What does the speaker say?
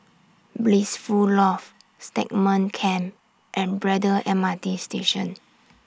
Blissful Loft Stagmont Camp and Braddell M R T Station